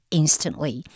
instantly